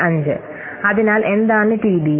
65 അതിനാൽ എന്താണ് ടിഡിഐ